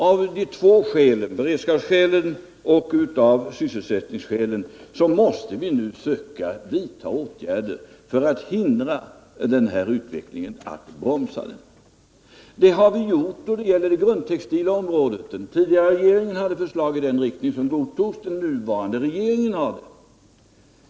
Av två skäl — beredskapsskäl och sysselsättningsskäl — måste vi nu söka vidta åtgärder för att hindra den här utvecklingen, för att bromsa den. Det har vi gjort då det gäller det grundtextila området. Den tidigare regeringen hade förslag i den riktningen som godtogs, och den nuvarande regeringen har sådana förslag.